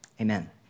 amen